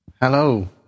Hello